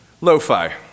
lo-fi